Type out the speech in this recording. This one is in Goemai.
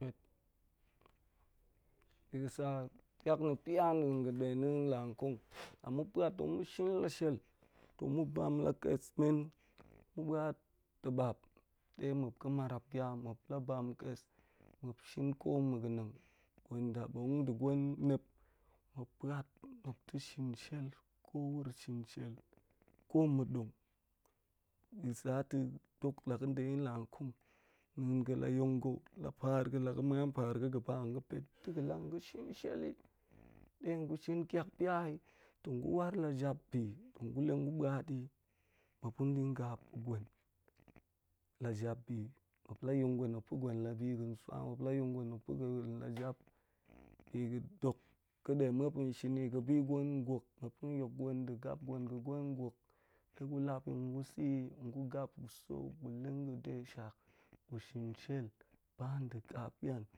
Bi ga̱ sa tiak na̱ pya da̱an ga̱ ɗe la-nkong, la mu puat tong mu shin la shel, tong mu bam la kes men, ma̱ bua̱t ta̱bap ɗe muap ga̱ marap ya, muap la bam kes, muap shin, koma̱ ga̱ nang r gwen daɓo̱ng aɗe gwen nep muap puat muap de shin shel, ko wuro shin shel, ko me dong. Bi ga̱ sa to dong la ge ɗe lo-nkong, na̱a̱n ga̱ la yong ga̱ la par ga̱ la ga̱ muan par ga̱ ga̱ ba, ga̱ pet de ga̱ lang ga̱ shin shel yi, ɗe gu shin kiak pya yi, tong gu war la jap bi tong guleng gu bua̱t ta̱, muap tong dinga pa̱ gwen la jap bi, muap layong muap pa̱ gwen la bi ga̱n sua, muap la yong gwen muap pa̱ gwen la jap bi ga̱ dok ga̱ dok ga̱ɗe muap tong shin ni ga̱ bi gwen ngwok, muap tong yong gwen de gap ga̱ gwen gwok gu lap yi gu sa̱ yi, gu gap gu sa̱ gu leng ga̱de shak, gushin shel ba de ka pian